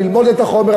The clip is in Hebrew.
ללמוד את החומר,